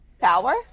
Tower